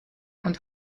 und